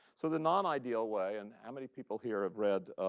so the non-ideal way and many people here have read